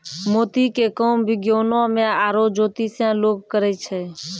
मोती के काम विज्ञानोॅ में आरो जोतिसें लोग करै छै